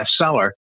bestseller